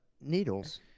needles